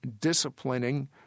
disciplining